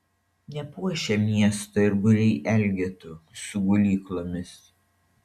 nepuošia miesto ir būriai elgetų su gulyklomis